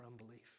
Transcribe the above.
unbelief